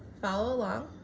follow along